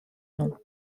nom